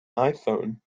iphone